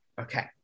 Okay